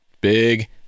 Big